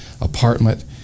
apartment